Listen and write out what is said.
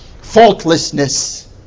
faultlessness